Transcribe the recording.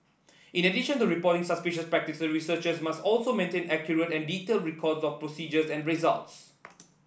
in addition to reporting suspicious practice researchers must also maintain accurate and detailed records of procedures and results